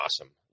awesome